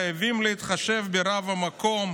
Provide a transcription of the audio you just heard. חייבים להתחשב ברב המקום,